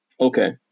Okay